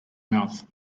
mouth